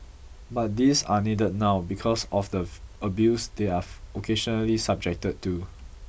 but these are needed now because of the abuse they are occasionally subject to